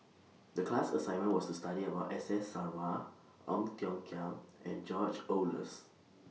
The class assignment was to study about S S Sarma Ong Tiong Khiam and George Oehlers